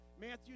Matthew